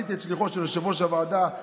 עשיתי את שליחותו של יושב-ראש הוועדה,